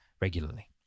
regularly